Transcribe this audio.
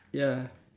ya